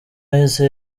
yahise